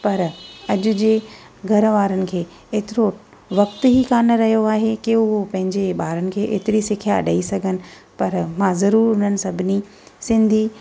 पर अॼु जे घरु वारनि खे एतिरो वक़्तु ई कोन्ह रहियो आहे की हो पंहिंजे ॿारनि खे एतिरी सिखिया त ॾेई सघनि पर मां ज़रूर हुननि सभिनी सिंधी